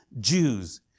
Jews